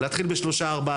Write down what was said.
להתחיל בשלושה-ארבעה,